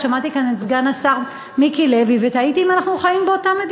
שמעתי כאן את סגן השר מיקי לוי ותהיתי האם אנחנו חיים באותה מדינה.